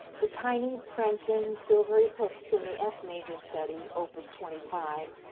the tiny prancing silvery hoofs in the f major study, opus twenty five,